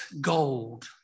gold